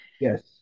Yes